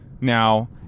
now